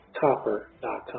copper.com